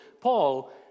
Paul